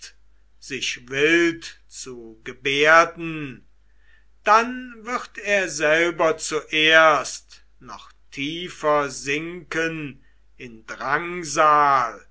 sich wild zu gebärden dann wird er selber zuerst noch tiefer sinken in drangsal